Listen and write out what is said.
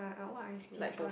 like both